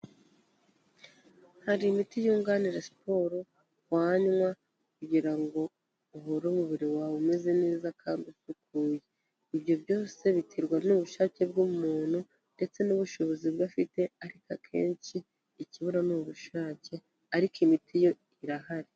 Hari imiti yunganira siporo wanywa kugira ngo uhore umubiri wawe umeze neza, kandi usukuye ibyo byose biterwa n'ubushake bw'umuntu, ndetse n'ubushobozi bwe afite ariko akenshi ikibura ni ubushake ariko imiti yo irahari.